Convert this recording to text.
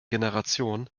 generation